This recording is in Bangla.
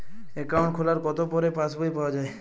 অ্যাকাউন্ট খোলার কতো পরে পাস বই পাওয়া য়ায়?